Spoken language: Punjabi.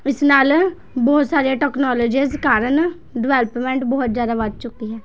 ਇਸ ਨਾਲ ਬਹੁਤ ਸਾਰੇ ਟਕਨੋਲਜੀਆਂ ਕਾਰਨ ਡਿਵੈਲਪਮੈਂਟ ਬਹੁਤ ਜ਼ਿਆਦਾ ਵੱਧ ਚੁੱਕੀ ਹੈ